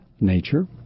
nature